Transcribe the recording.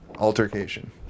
Altercation